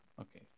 Okay